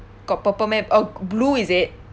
got purple map oh blue is it